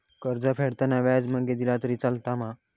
कर्ज फेडताना व्याज मगेन दिला तरी चलात मा?